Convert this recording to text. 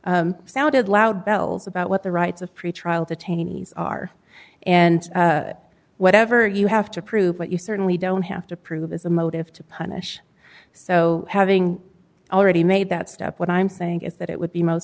sounded loud bells about what the rights of pretrial detainees are and whatever you have to prove but you certainly don't have to prove is a motive to punish so having already made that step what i'm saying is that it would be most